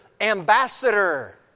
ambassador